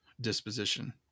disposition